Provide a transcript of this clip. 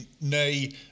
nay